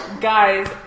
guys